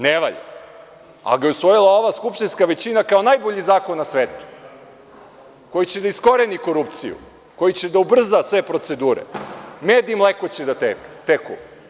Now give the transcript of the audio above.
Ne valja, ali ga je usvojila ova skupštinska većina kao najbolji zakon na svetu, koji će da iskoreni korupciju, koji će da ubrza sve procedure, med i mleko će da teku.